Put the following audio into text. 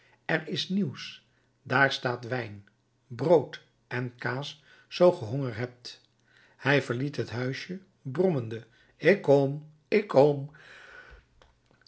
er is nieuws daar staat wijn brood en kaas zoo ge honger hebt hij verliet het huisje brommende ik kom